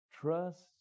Trust